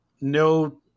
no